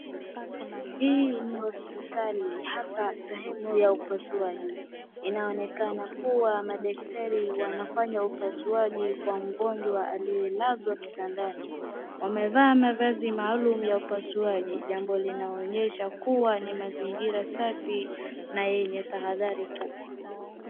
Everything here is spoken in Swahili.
Hii ni hospitali, hasa sehemu ya upasuaji. Inaonekana kuwa madaktari wanafanya upasuaji kwa mgonjwa aliyelazwa kitandani. Wamevaa mavazi maalum ya upasuaji, jambo linaonyesha kuwa ni mazingira safi na yenye tahadhari kubwa.